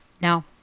No